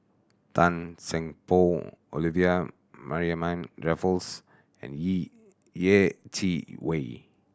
Tan Seng Poh Olivia Mariamne Raffles and Yeh Chi Wei